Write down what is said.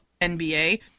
NBA